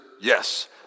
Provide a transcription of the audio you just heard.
yes